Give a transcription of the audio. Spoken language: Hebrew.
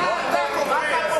מה אתה קופץ?